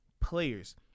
players